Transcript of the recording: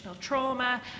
trauma